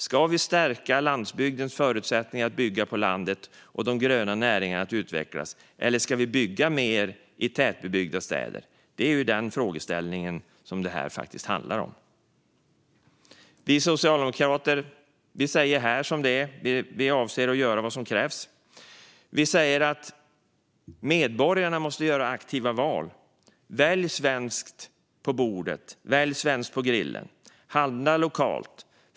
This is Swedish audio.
Ska vi stärka landsbygdens förutsättningar att bygga på landet och de gröna näringarnas förmåga att utvecklas? Eller ska vi bygga mer i tätbebyggda städer? Det är den frågeställning som detta faktiskt handlar om. Vi socialdemokrater säger som det är. Vi avser att göra vad som krävs. Vi säger att medborgarna måste göra aktiva val. Välj svenskt på bordet! Välj svenskt på grillen! Handla lokalt!